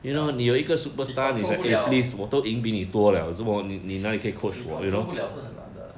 ya 你 control 不 liao 你 control 不 liao 是很难的